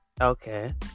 okay